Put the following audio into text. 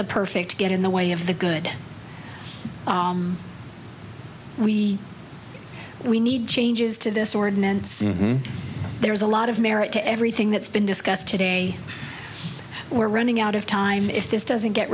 the perfect get in the way of the good we we need changes to this ordinance there's a lot of merit to everything that's been discussed today we're running out of time if this doesn't get